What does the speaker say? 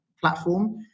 platform